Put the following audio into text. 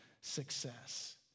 success